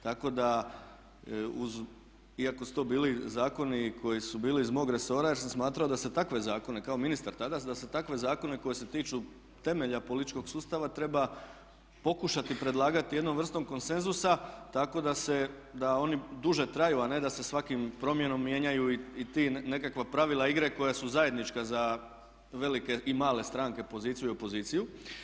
Tako da uz, iako su to bili zakoni koji su bili iz mog resora, jer sam smatrao da se takve zakone, kao ministar tada, da se takve zakone koji se tiču temelja političkog sustava treba pokušati predlagati jednom vrstom konsenzusa tako da oni duže traju a ne da se svakom promjenom mijenjaju i ta nekakva pravila igre koja su zajednička za velike i male stranke, poziciju i opoziciju.